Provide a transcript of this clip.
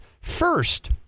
first